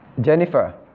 Jennifer